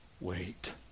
Wait